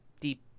deep